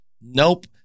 Nope